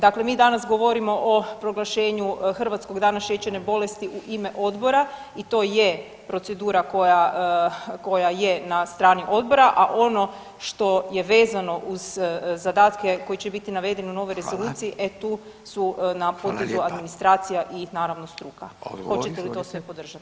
Dakle mi danas govorimo o proglašenju hrvatskog Dana šećerne bolesti u ime Odbora i to je procedura koja je na strani Odbora, a ono što je vezano uz zadatke koji će biti navedeni u novoj [[Upadica: Hvala.]] rezoluciji, e tu su na potezu administracija [[Upadica: Hvala lijepa.]] i naravno struka [[Upadica: Odgovor.]] Hoćete li to sve podržati?